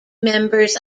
members